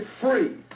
free